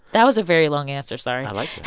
that was a very long answer. sorry i like